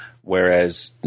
whereas